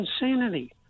insanity